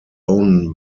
own